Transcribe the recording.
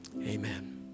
Amen